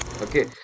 Okay